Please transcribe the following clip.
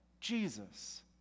Jesus